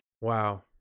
Wow